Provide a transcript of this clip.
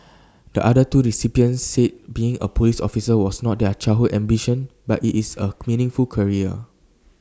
the other two recipients said being A Police officer was not their childhood ambition but IT is A meaningful career